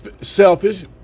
selfish